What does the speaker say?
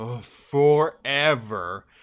forever